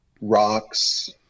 rocks